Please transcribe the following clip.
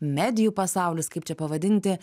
medijų pasaulis kaip čia pavadinti